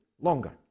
longer